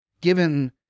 given